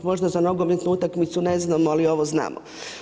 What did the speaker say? Možda za nogometnu utakmicu ne znamo, ali ovo znamo.